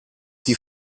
die